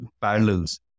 parallels